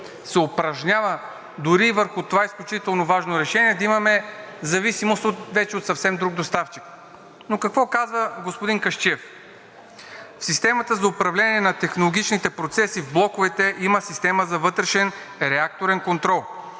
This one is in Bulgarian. се упражнява дори и върху това изключително важно решение да имаме зависимост вече от съвсем друг доставчик. Но какво казва господин Касчиев? „В системата за управление на технологичните процеси в блоковете има система за вътрешен реакторен контрол.